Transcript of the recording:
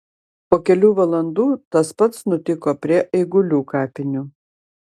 po kelių valandų tas pats nutiko prie eigulių kapinių